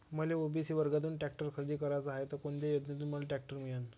मले ओ.बी.सी वर्गातून टॅक्टर खरेदी कराचा हाये त कोनच्या योजनेतून मले टॅक्टर मिळन?